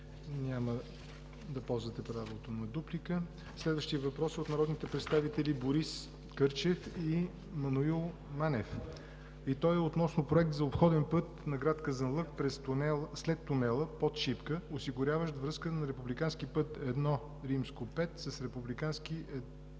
няма да ползвате правото на дуплика. Следващият въпрос е от народните представители Борис Кърчев и Маноил Манев. Той е относно проект за обходен път на град Казанлък след тунела под Шипка, осигуряващ връзка на републикански път I-5 с републикански